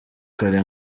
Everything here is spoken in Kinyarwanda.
kare